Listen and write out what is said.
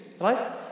Right